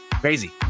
Crazy